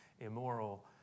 immoral